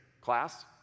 Class